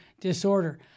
disorder